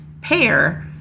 pair